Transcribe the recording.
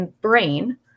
brain